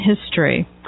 history